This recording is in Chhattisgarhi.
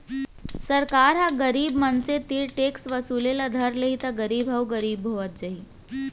सरकार ह गरीब मनसे तीर टेक्स वसूले ल धर लेहि त गरीब ह अउ गरीब होवत जाही